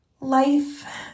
Life